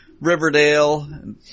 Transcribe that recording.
Riverdale